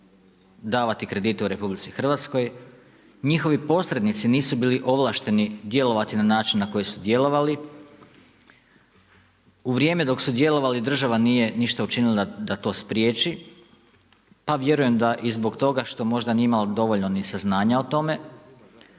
davati kredite u RH. Njihovi posrednici nisu bili ovlašteni djelovati na način na koji su djelovali. U vrijeme dok su djelovali, država nije ništa učinila da to spriječi, pa vjerujem da i zbog toga, što možda nije imala dovoljna ni saznanja o tome.